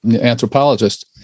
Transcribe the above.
anthropologist